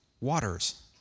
waters